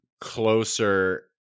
closer